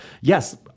Yes